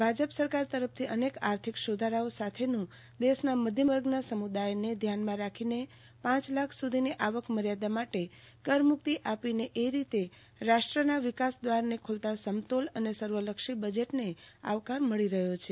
ભાજપ સરકાર તરફથી અનેક સુધારાઓ સાથેનું દેશના માધ્યમ સમુદાયને ધ્યાનમાં રાખીને આવક મર્યાદા માટે કરમુક્તિ આપીને એ રીતે રાષ્ટ્રના વિકાસ દ્વારને ખોલતા સમતોલ અને સર્વલક્ષી બજેટને આવકાર મળી રહ્યો છે